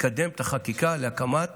לקדם את החקיקה להקמת